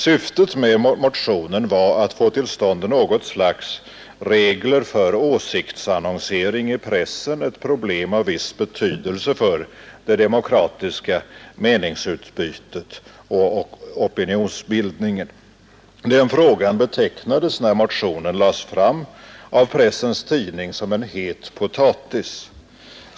Syftet med vår motion nr 85 har varit att få till stånd något slags regler för åsiktsannonsering i pressen, ett problem av viss betydelse för det demokratiska meningsutbytet och opinionsbildningen. När motionen väcktes betecknades den frågan av Pressens Tidning som en het potatis.